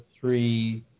three